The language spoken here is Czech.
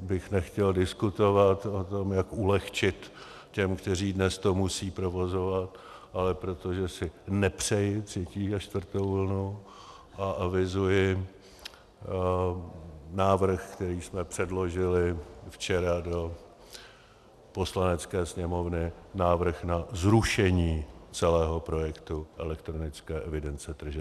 bych nechtěl diskutovat o tom, jak ulehčit těm, kteří to dnes musí provozovat, ale proto, že si nepřeji třetí a čtvrtou vlnu, a avizuji návrh, který jsme předložili včera do Poslanecké sněmovny, návrh na zrušení celého projektu elektronické evidence tržeb.